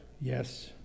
yes